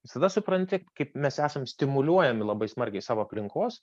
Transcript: visada supranti kaip mes esam stimuliuojami labai smarkiai savo aplinkos